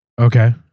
Okay